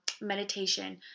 meditation